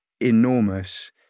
enormous